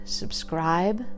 subscribe